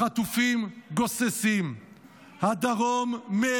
החטופים גוססים --- הדרום מת